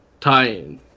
tie-in